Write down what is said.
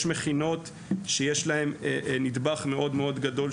יש מכינות שיש בהן נדבך שפתי גדול,